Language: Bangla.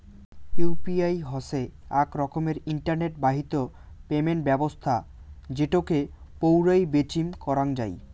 ইউ.পি.আই হসে আক রকমের ইন্টারনেট বাহিত পেমেন্ট ব্যবছস্থা যেটোকে পৌরাই বেচিম করাঙ যাই